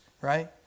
right